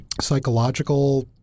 psychological